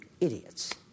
idiots